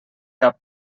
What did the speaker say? cap